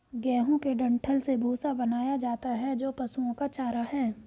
गेहूं के डंठल से भूसा बनाया जाता है जो पशुओं का चारा है